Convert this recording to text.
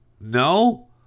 No